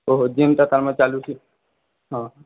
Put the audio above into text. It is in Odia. ଓଃ ଯେନ୍ଟା ତାର୍ମାନେ ଚାଲୁଛେ ହଁ